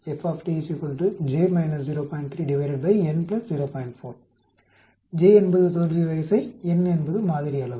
j என்பது தோல்வி வரிசை n என்பது மாதிரி அளவு